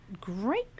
Great